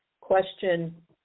Question